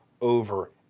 over